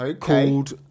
called